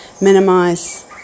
minimize